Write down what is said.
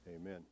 Amen